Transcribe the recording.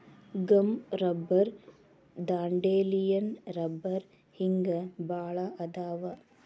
gum rubber dandelion rubber ಹಿಂಗ ಬಾಳ ಅದಾವ